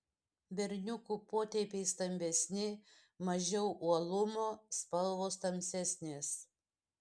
berniukų potėpiai stambesni mažiau uolumo spalvos tamsesnės